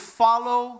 follow